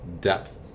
depth